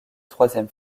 troisième